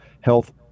Health